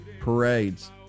parades